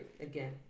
again